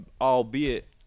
Albeit